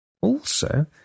Also